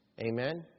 Amen